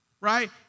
right